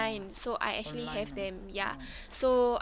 oh online ah oh